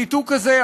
הניתוק הזה,